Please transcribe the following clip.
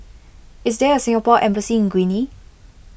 is there a Singapore Embassy in Guinea